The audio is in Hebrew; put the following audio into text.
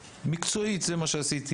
מקצועית, זה מה שעשיתי